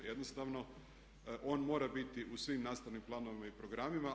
Jednostavno on mora biti u svim nastavnim planovima i programima.